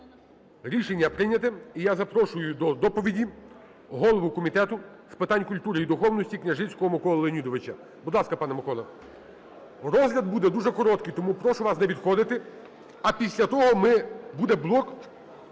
Рішення прийнято. І я запрошую до доповіді голову Комітету з питань культури і духовності Княжицького Миколу Леонідовича. Будь ласка, пане Миколо. Розгляд буде дуже короткий, тому прошу вас не відходити. А після того буде блок